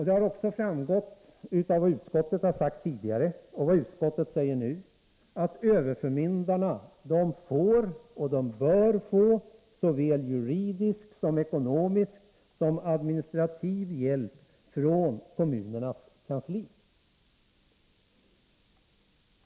Det har också framgått av vad utskottet har sagt tidigare och vad det säger nu att överförmyndarna bör få och får såväl juridisk som ekonomisk och administrativ hjälp från kommunernas kanslier.